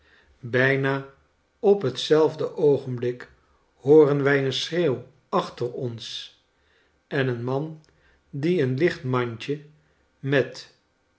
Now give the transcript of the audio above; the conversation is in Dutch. bijna op hetzelfde oogenblik hooren wij een schreeuw achter ons en een man die een licht mandje met